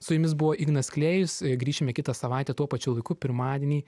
su jumis buvo ignas klėjus grįšime kitą savaitę tuo pačiu laiku pirmadienį